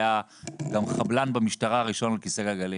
היה גם חבלן במשטרה הראשון בכיסא גלגלים,